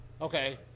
Okay